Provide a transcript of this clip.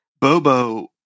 Bobo